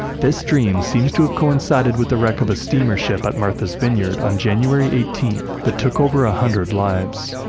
this dream seems to have coincided with the wreck of a steamer ship at martha's vineyard on january eighteenth that took over one ah hundred lives.